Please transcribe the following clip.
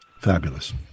Fabulous